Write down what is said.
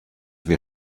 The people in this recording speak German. wir